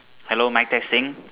hello mic testing